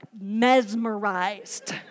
mesmerized